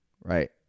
right